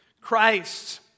Christ